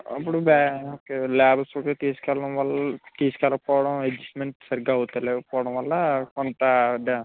అప్పుడు okay labs అవి తీసుకెళడం వల్ల తీసికెళకపోవడం సరిగ్గా అవుతూ లేకపోడం వల్ల కొంత డా